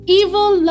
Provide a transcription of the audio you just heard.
evil